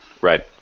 Right